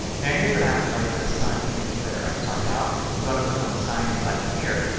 now here it what happens when i go to sign into twitter. i've signed out. i'm going to click on the sign in button here.